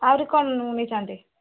ଆହୁରି କମ ନେଇଥାନ୍ତେ